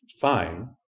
fine